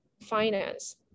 finance